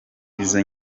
izo